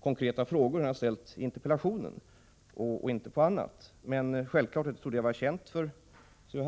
konkreta frågor som han har ställt i interpellationen och inte på något annat. Jag trodde att det var känt för C.-H.